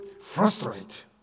frustrate